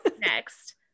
next